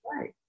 right